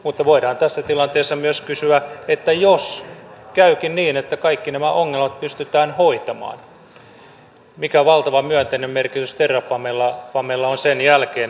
mutta voidaan tässä tilanteessa myös kysyä että jos käykin niin että kaikki nämä ongelmat pystytään hoitamaan niin mikä valtava myönteinen merkitys terrafamella on sen jälkeen